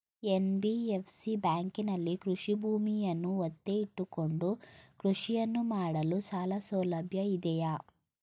NBFC ಬ್ಯಾಂಕಿನಲ್ಲಿ ಕೃಷಿ ಭೂಮಿಯನ್ನು ಒತ್ತೆ ಇಟ್ಟುಕೊಂಡು ಕೃಷಿಯನ್ನು ಮಾಡಲು ಸಾಲಸೌಲಭ್ಯ ಇದೆಯಾ?